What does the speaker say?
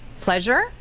pleasure